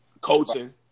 coaching